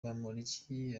bamporiki